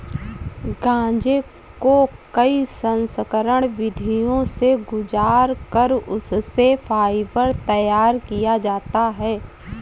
गांजे को कई संस्करण विधियों से गुजार कर उससे फाइबर तैयार किया जाता है